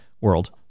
world